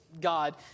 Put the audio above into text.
God